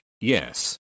yes